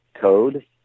code